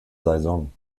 saison